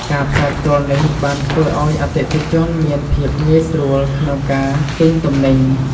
ការផ្សាយផ្ទាល់នេះបានធ្វើឱ្យអតិថិជនមានភាពងាយស្រួលក្នុងការទិញទំនិញ។